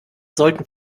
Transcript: sollten